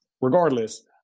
Regardless